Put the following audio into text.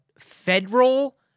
federal